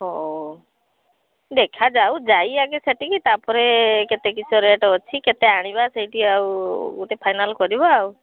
ହଉ ଦେଖାଯାଉ ଯାଇ ଆଗେ ସେଠିକି ତାପରେ କେତେ କିସ ରେଟ୍ ଅଛି କେତେ ଆଣିବା ସେଇଠି ଆଉ ଗୋଟେ ଫାଇନାଲ୍ କରିବା ଆଉ